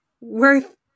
worth